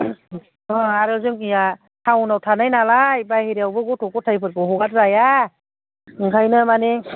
अ आरो जोंनिया टाउनाव थानायनालाय बाहेरायावबो गथ' गथायफोरखौ हगारजाया ओंखायनो माने